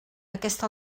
aquesta